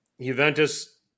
Juventus